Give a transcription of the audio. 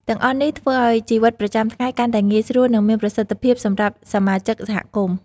ទាំងអស់នេះធ្វើឲ្យជីវិតប្រចាំថ្ងៃកាន់តែងាយស្រួល និងមានប្រសិទ្ធភាពសម្រាប់សមាជិកសហគមន៍។